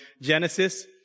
Genesis